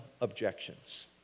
objections